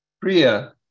Priya